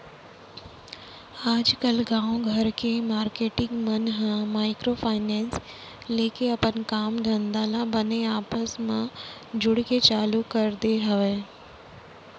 आजकल गाँव घर के मारकेटिंग मन ह माइक्रो फायनेंस लेके अपन काम धंधा ल बने आपस म जुड़के चालू कर दे हवय